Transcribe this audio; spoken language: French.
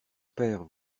père